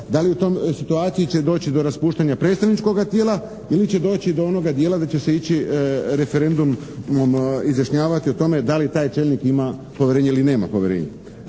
da li u toj situaciji će doći do raspuštanja predstavničkoga tijela? Ili će doći do onoga dijela da će se ići referendumom izjašnjavati o tome da li taj čelnik ima povjerenje ili nema povjerenje?